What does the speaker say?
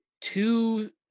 two